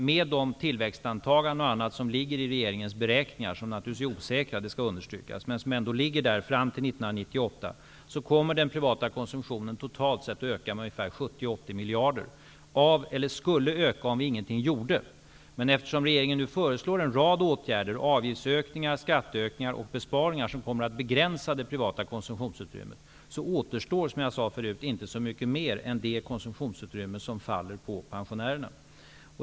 Med de tillväxtantaganden och annat som ligger i regeringens beräkningar fram till 1998, som naturligtvis är osäkra -- det skall understrykas -- kommer den privata konsumtionen totalt sett att öka med 70--80 miljarder. Så mycket skulle den privata konsumtionen öka, om vi ingenting gjorde. Eftersom regeringen nu föreslår en rad åtgärder -- avgiftsökningar, skattehöjningar och besparingar, som kommer att begränsa det privata konsumtionsutrymmet -- återstår det inte så mycket mer än det konsumtionsutrymme som faller på pensionärerna.